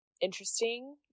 interesting